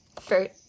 first